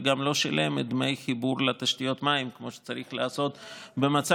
וגם לא שילם את דמי החיבור לתשתיות המים כמו שצריך לעשות במצב,